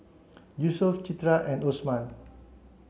Yusuf Citra and Osman